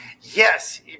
yes